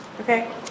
Okay